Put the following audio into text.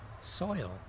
soil